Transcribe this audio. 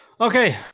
Okay